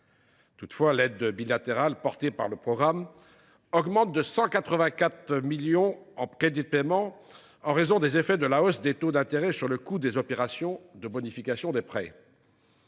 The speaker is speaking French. son côté, l’aide bilatérale portée par le programme augmente de 184 millions d’euros en crédits de paiement en raison des effets de la hausse des taux d’intérêt sur le coût des opérations de bonification de prêts.